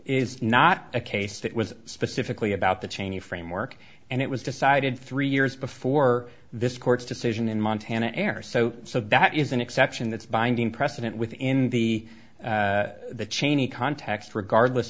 is not a case that was specifically about the cheney framework and it was decided three years before this court decision in montana errors so so that is an exception that's binding precedent within the the cheney context regardless